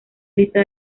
lista